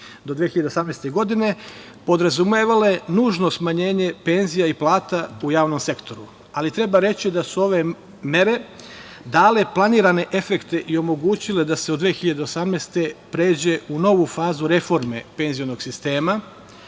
do 2018. godine podrazumevale nužno smanjenje penzija i plata u javnom sektoru, ali, treba reći da su ove mere dale planirane efekte i omogućile da se u 2018. godini pređe u novu fazu reforme penzionog sistema,